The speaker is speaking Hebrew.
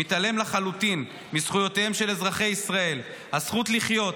מתעלם לחלוטין מזכותם של אזרחי ישראל: הזכות לחיות,